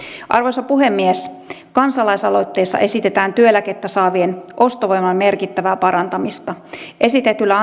arvoisa puhemies kansalaisaloitteessa esitetään työeläkettä saavien ostovoiman merkittävää parantamista esitetyllä